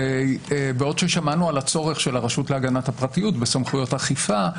בעוד ששמענו על הצורך של הרשות להגנת פרטיות בסמכויות אכיפה,